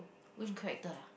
which character lah